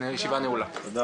הישיבה ננעלה בשעה